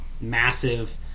massive